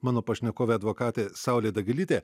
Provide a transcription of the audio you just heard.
mano pašnekovė advokatė saulė dagilytė